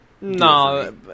No